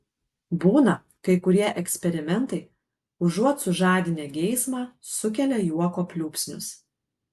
būna kai kurie eksperimentai užuot sužadinę geismą sukelia juoko pliūpsnius